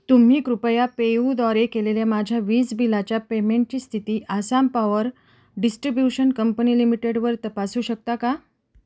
तुम्ही कृपया पेयूद्वारे केलेल्या माझ्या वीज बिलाच्या पेमेंटची स्थिती आसाम पॉवर डिस्ट्रिब्युशन कंपनी लिमिटेडवर तपासू शकता का